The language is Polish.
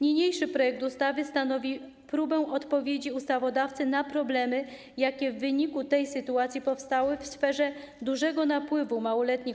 Niniejszy projekt ustawy stanowi próbę odpowiedzi ustawodawcy na problemy, jakie w wyniku tej sytuacji powstały w sferze dużego napływu małoletnich